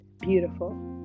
beautiful